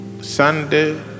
Sunday